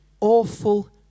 awful